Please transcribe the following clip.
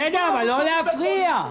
תנו לנו בית חולים,